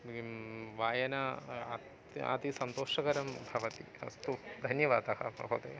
किं वायन अत् अतिसन्तोषकरं भवति अस्तु धन्यवादः महोदय